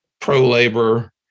pro-labor